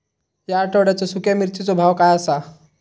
या आठवड्याचो सुख्या मिर्चीचो भाव काय आसा?